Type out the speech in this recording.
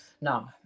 no